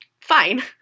fine